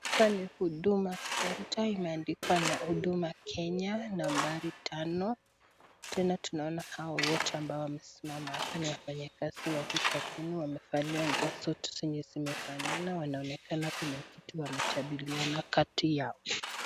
Hapa ni huduma center na imeadikwa na huduma Kenya nambari tano, tena tunaona hao wote wamesimama hapa ni wafanyikazi wa hii kampuni wamevalia nguo zenye zote zimefanana, wanaonekana kuna kitu wanajadiliana kati yao.